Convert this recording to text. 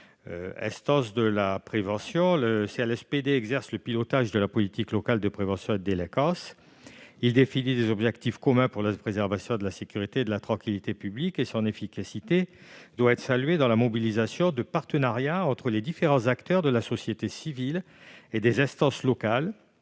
Instance clé de la prévention, le CLSPD exerce le pilotage de la politique locale de prévention de la délinquance. Il définit des objectifs communs pour la préservation de la sécurité et de la tranquillité publiques. Son efficacité doit être saluée dans la mobilisation de partenariats entre les différents acteurs de la société civile et des instances locales